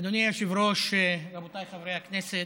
אדוני היושב-ראש, רבותיי חברי הכנסת,